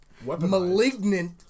Malignant